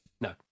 No